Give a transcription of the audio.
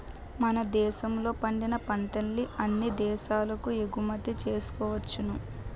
మన దేశంలో పండిన పంటల్ని అన్ని దేశాలకు ఎగుమతి చేసుకోవచ్చును